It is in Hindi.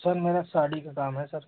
सर मेरा साड़ी का काम है सर